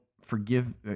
forgive